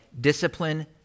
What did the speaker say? discipline